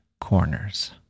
corners